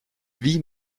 wie